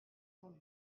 cents